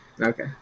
Okay